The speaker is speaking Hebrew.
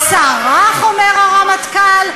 סרח, אומר הרמטכ"ל?